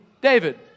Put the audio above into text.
David